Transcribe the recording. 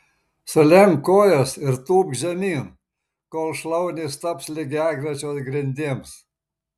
sulenk kojas ir tūpk žemyn kol šlaunys taps lygiagrečios grindims